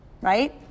right